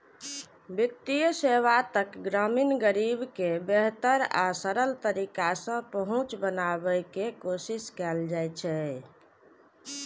वित्तीय सेवा तक ग्रामीण गरीब के बेहतर आ सरल तरीका सं पहुंच बनाबै के कोशिश कैल जाइ छै